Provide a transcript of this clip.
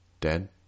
Dead